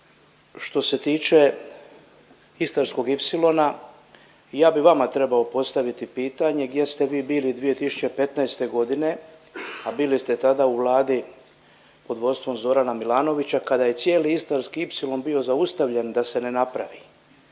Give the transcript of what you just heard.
što se tiče Istarskog ipsilona, ja bi vama trebao postaviti pitanje gdje ste vi bili 2015. g., a bili ste tada u Vladi pod vodstvom Zorana Milanovića kada je cijeli Istarski ipsilon bio zaustavljen da se ne napravi.